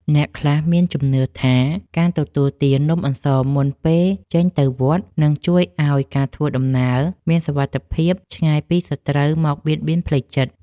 អ្នកខ្លះមានជំនឿថាការទទួលទាននំអន្សមមុនពេលចេញទៅវត្តនឹងជួយឱ្យការធ្វើដំណើរមានសុវត្ថិភាពឆ្ងាយពីសត្រូវមកបៀតបៀនផ្លូវចិត្ត។